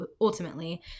ultimately